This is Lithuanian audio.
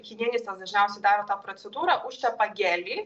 higienistas dažniausiai daro tą procedūrą užtepa gelį